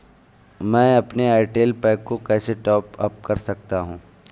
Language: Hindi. मैं अपने एयरटेल पैक को कैसे टॉप अप कर सकता हूँ?